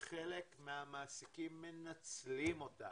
שחלק מהמעסיקים מנצלים אותה,